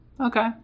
Okay